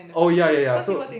oh ya ya ya so